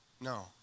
No